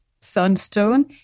Sunstone